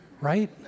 Right